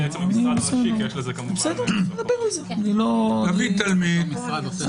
תביא תלמיד,